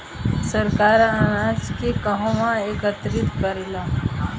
सरकार अनाज के कहवा एकत्रित करेला?